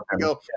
go